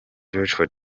joshua